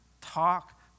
talk